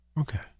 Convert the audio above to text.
Okay